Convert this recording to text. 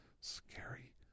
scary